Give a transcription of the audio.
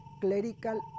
clerical